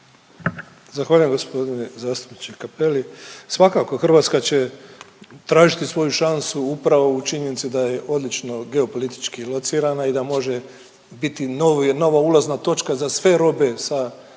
Zahvaljujem g. zastupniče Cappelli. Svakako, Hrvatska će tražiti svoju šansu upravo u činjenici da je odlično geopolitički locirana i da može biti novo, nova ulazna točka za sve robe sa Dalekog